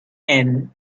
and